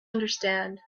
understand